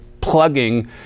plugging